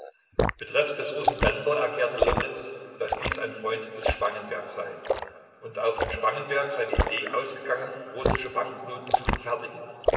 betreffs des russen bender erklärte lomnitz daß dies ein freund des spangenberg sei und auch von spangenberg sei die idee ausgegangen russische banknoten zu verfertigen